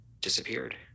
disappeared